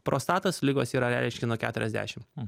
prostatos ligos yra reiškia nuo keturiasdešimt